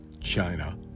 China